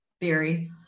theory